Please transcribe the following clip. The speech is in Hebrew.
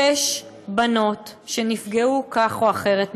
שש בנות שנפגעו כך או אחרת ממנו.